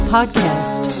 Podcast